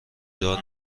دار